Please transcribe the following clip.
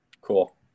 Cool